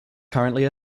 currently